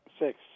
Six